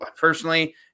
personally